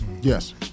Yes